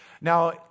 Now